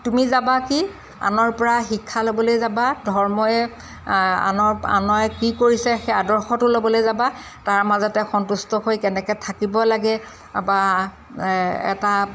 তুমি যাবা কি আনৰ পৰা শিক্ষা ল'বলৈ যাবা ধৰ্মই আনৰ আনৰ কি কৰিছে সেই আদৰ্শটো ল'বলৈ যাবা তাৰ মাজতে সন্তুষ্ট হৈ কেনেকে থাকিব লাগে বা এটা